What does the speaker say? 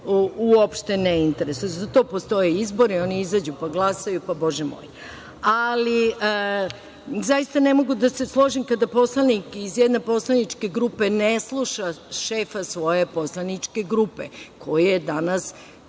uopšte ne interesuje. Za to postoje izbori, oni izađu pa glasaju, pa Bože moj. Ali, zaista ne mogu da se složim kada poslanik iz jedne poslaničke grupe ne sluša šefa svoje poslaničke grupe koji je danas